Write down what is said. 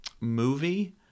movie